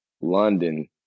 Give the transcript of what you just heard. London